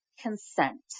consent